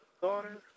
daughter